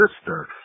sister